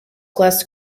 class